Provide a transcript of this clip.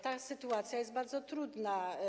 Taka sytuacja jest bardzo trudna.